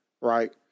right